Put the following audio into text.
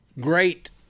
Great